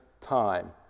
time